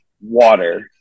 water